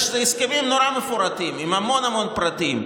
יש הסכמים נורא מפורטים עם המון המון פרטים.